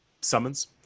summons